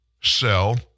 sell